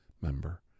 member